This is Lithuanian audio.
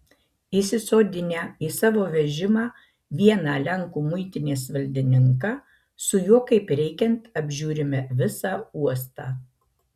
įsisodinę į savo vežimą vieną lenkų muitinės valdininką su juo kaip reikiant apžiūrime visą uostą